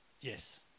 yes